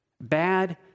Bad